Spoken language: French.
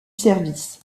service